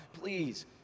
please